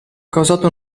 causato